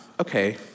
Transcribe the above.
Okay